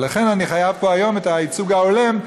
ולכן אני חייב פה היום את הייצוג ההולם,